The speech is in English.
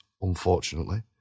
unfortunately